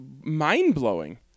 mind-blowing